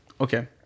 Okay